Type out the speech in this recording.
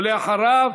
ואחריו,